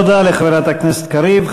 תודה לחברת הכנסת קריב.